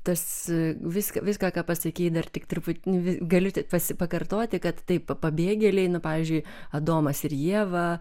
tas viską viską ką pasakei dar tik truputį galiu tik pasi pakartoti kad tai pabėgėliai pavyzdžiui adomas ir ieva